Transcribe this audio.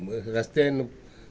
ರಸ್ತೆಯನ್ನು